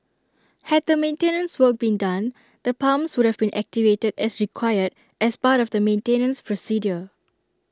had the maintenance work been done the pumps would have been activated as required as part of the maintenance procedure